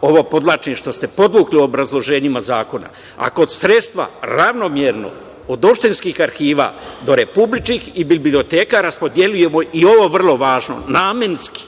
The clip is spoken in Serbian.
ovo podvlačim, što ste podvukli u obrazloženjima zakona, ako sredstva ravnomerno, od opštinskih arhiva do republičkih i biblioteka, raspodeljujemo, i ovo je vrlo važno, namenski,